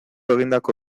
egindako